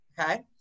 Okay